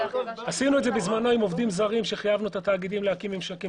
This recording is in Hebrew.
עשינו את זה בזמנו עם עובדים זרים שחייבנו את התאגידים להקים ממשקים.